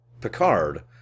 Picard